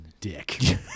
dick